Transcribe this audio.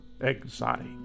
Exotic